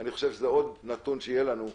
אני מקווה שזה עוד נתון שיהיה לנו,